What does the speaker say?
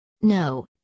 No